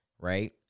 Right